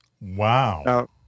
Wow